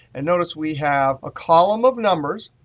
and notice we have a column of numbers,